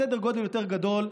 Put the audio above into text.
בסדר גודל יותר גדול.